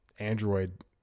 Android